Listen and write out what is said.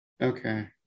Okay